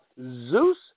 Zeus